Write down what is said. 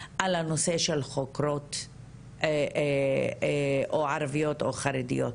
על הנושא של חוקרות ערביות או חרדיות.